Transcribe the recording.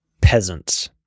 peasants